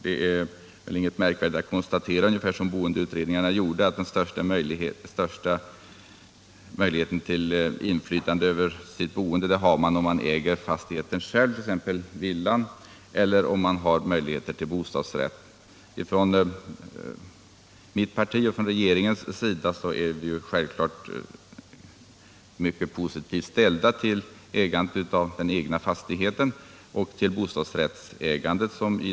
Det är väl inget märkvärdigt att, som boendeutredningarna gör, konstatera att man har den största möjligheten till inflytande, om man äger fastigheten själv, t.ex. om man har en villa, eller om man har bostadsrätt. Mitt parti, liksom hela regeringen, är givetvis mycket positivt inställt till ägandet av en egen fastighet liksom till bostadsrättsägandet.